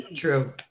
True